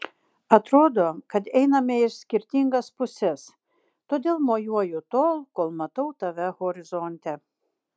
atrodo kad einame į skirtingas puses todėl mojuoju tol kol matau tave horizonte